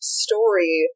story